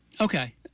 Okay